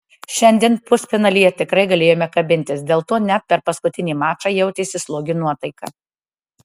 šiandien pusfinalyje tikrai galėjome kabintis dėl to net per paskutinį mačą jautėsi slogi nuotaika